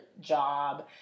job